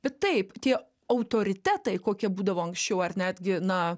bet taip tie autoritetai kokie būdavo anksčiau ar netgi na